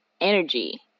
energy